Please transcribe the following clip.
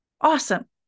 Awesome